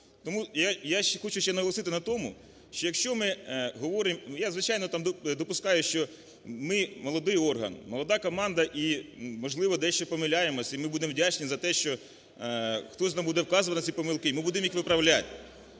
Тому я ще хочу наголосити на тому, що якщо ми говоримо, я, звичайно, допускаю, що ми молодий орган, молода команда і можливо дещо помиляємося, і ми будемо вдячні за те, що хтось нам буде вказувати на ці помилки і ми будемо їх виправляти.